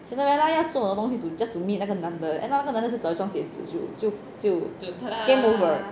cinderella 要做的东西 to just to meet 那个男的 end up 那个男的找一双鞋子就就就就 game over